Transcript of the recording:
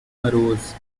arose